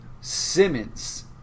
Simmons